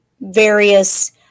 various